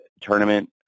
tournament